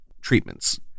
treatments